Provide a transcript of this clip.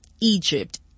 Egypt